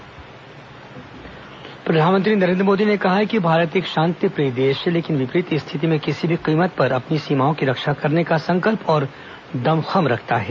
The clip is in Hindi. प्रधानमंत्री एनसीसी कैडेट प्रधानमंत्री नरेन्द्र मोदी ने कहा है कि भारत एक शांति प्रिय देश है लेकिन विपरीत स्थिति में किसी भी कीमत पर अपनी सीमाओं की रक्षा करने का संकल्प और दमखम रखता है